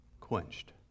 quenched